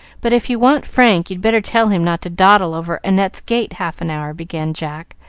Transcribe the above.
but if you want frank, you'd better tell him not to dawdle over annette's gate half an hour, began jack,